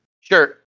Sure